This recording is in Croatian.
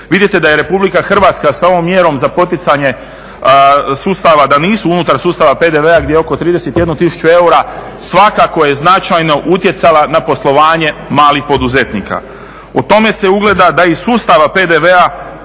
vidite da je Republika Hrvatska sa ovom mjerom za poticanje sustava da nisu unutar sustava PDV-a gdje je oko 31 tisuću eura svakako je značajno utjecala na poslovanje malih poduzetnika. O tome se ugleda da je iz sustava PDV-a